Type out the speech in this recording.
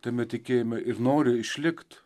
tame tikėjime ir nori išlikt